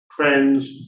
trends